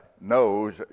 knows